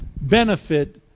benefit